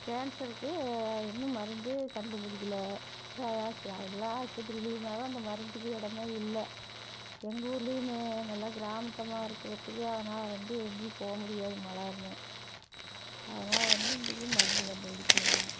கேன்சருக்கு இன்னும் மருந்து கண்டுபிடிக்கில எல்லா ஆஸ்பத்திரிலியுமாவே அந்த மருந்துக்கு இடமே இல்லை எங்கள் ஊர்லேயுமே நல்லா கிராமத்தமாக இருக்கிறத்துக்கு அதனால் வந்து எங்கேயும் போக முடியாது மளார்னு அதனால வந்து இந்த மருந்து கண்டுபிடிக்கில இன்னும்